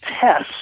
Test